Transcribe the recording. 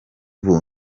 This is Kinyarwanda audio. ubu